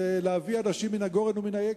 זה להביא אנשים מן הגורן ומן היקב.